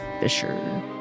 Fisher